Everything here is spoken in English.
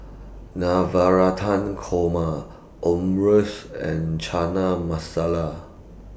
Navratan Korma Omurice and Chana Masala